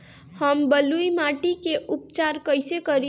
हम बलुइ माटी के उपचार कईसे करि?